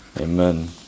Amen